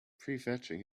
prefetching